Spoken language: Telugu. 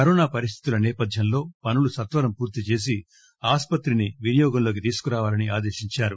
కరోనా పరిస్థితుల నేపథ్యంలో పనులు సత్సరం పూర్తి చేసి ఆస్పత్రికి వినియోగంలోకి తీసుకురావాలని ఆదేశించారు